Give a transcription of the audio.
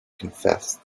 confessed